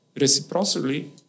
Reciprocally